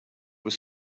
were